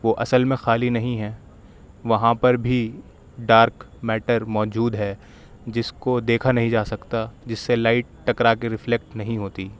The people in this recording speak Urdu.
وہ اصل میں خالی نہیں ہیں وہاں پر بھی ڈارک میٹر موجود ہے جس کو دیکھا نہیں جا سکتا جس سے لائٹ ٹکرا کے ریفلیکٹ نہیں ہوتی